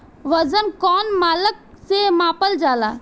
वजन कौन मानक से मापल जाला?